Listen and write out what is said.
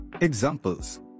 Examples